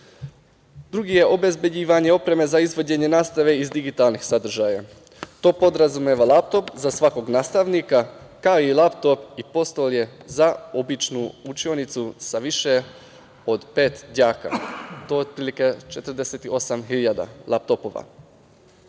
je obezbeđivanje opreme za izvođenje nastave iz digitalnih sadržaja. To podrazumeva laptop za svakog nastavnika, kao i laptop i postolje za običnu učionicu sa više od pet đaka. To je otprilike 48.000 laptopova.